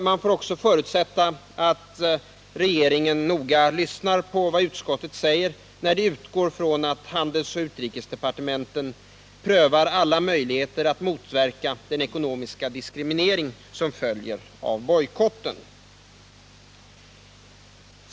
Man får också förutsätta att regeringen noga lyssnar på vad utskottet säger när det utgår från att handelsoch utrikesdepartementen prövar alla möjligheter att motverka den ekonomiska diskriminering som fölier av bojkotten.